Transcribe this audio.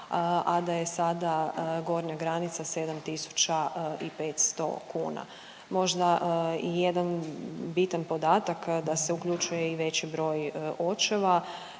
a da je sada gornja granica 7.500,00 kn. Možda i jedan bitan podatak da se uključuje i veći broj očeva